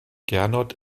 gernot